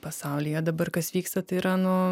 pasaulyje dabar kas vyksta tai yra nu